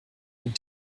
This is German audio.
mit